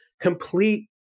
complete